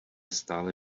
stále